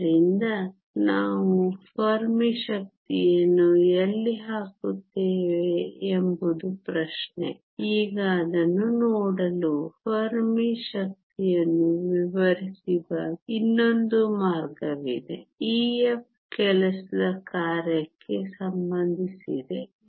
ಆದ್ದರಿಂದ ನಾವು ಫೆರ್ಮಿ ಶಕ್ತಿಯನ್ನು ಎಲ್ಲಿ ಹಾಕುತ್ತೇವೆ ಎಂಬುದು ಪ್ರಶ್ನೆ ಈಗ ಅದನ್ನು ನೋಡಲು ಫೆರ್ಮಿ ಶಕ್ತಿಯನ್ನು ವಿವರಿಸುವ ಇನ್ನೊಂದು ಮಾರ್ಗವಿದೆ Ef ಕೆಲಸದ ಕಾರ್ಯಕ್ಕೆ ಸಂಬಂಧಿಸಿದೆ